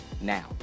now